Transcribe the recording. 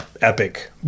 epic